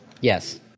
Yes